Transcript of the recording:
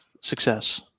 success